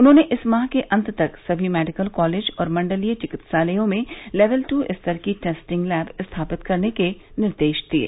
उन्होंने इस माह के अंत तक सभी मेडिकल कॉलेज और मंडलीय चिकित्सालयों में लेवल टू स्तर की टेस्टिंग लैब स्थापित करने के निर्देश दिये